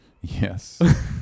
Yes